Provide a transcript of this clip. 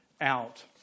out